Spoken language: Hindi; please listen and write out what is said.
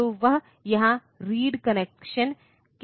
तो वह यहाँ RD कनेक्शन के लिए जाएगा